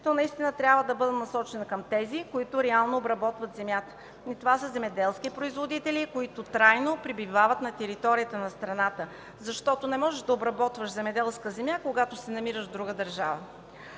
то наистина трябва да бъде насочено към тези, които реално обработват земята. Това са земеделски производители, които трайно пребивават на територията на страната, защото не можеш да обработваш земеделска земя, когато се намираш в друга държава.